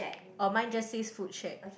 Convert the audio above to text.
oh mine just says food shack